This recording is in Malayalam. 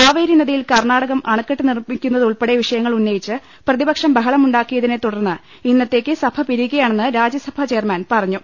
കാവേരി നദിയിൽ കർണാടകം അണക്കെട്ട് നിർമ്മിക്കുന്നതുൾപ്പെടെ വിഷ യങ്ങളുന്നയിച്ച് പ്രതിപക്ഷം ബഹളമുണ്ടാക്കിയതിനെ തുടർന്ന് ഇന്നത്തേക്ക് സഭ പിരിയുകയാണെന്ന് രാജ്യ സഭാ ചെയർമാൻ പറഞ്ഞു